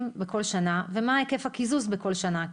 בכל שנה ומה היקף הקיזוז בכל שנה.